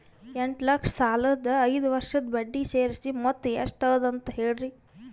ಎಂಟ ಲಕ್ಷ ಸಾಲದ ಐದು ವರ್ಷದ ಬಡ್ಡಿ ಸೇರಿಸಿ ಮೊತ್ತ ಎಷ್ಟ ಅದ ಅಂತ ಹೇಳರಿ?